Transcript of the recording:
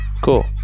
cool